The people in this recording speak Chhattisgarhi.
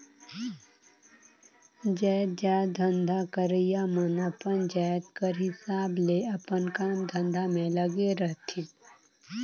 जाएतजात धंधा करइया मन अपन जाएत कर हिसाब ले अपन काम धंधा में लगे रहथें